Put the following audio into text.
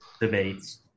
debates